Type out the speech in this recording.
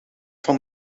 van